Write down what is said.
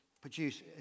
produce